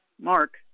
Mark